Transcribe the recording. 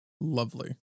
lovely